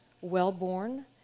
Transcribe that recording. well-born